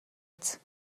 биз